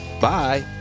Bye